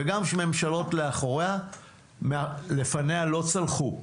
וגם של ממשלות לפניה לא צלחו.